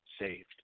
saved